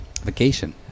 vacation